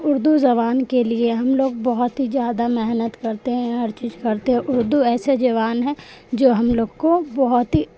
اردو زبان کے لیے ہم لوگ بہت ہی زیادہ محنت کرتے ہیں ہر چیز کرتے ہیں اردو ایسے زبان ہے جو ہم لوگ کو بہت ہی